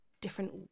different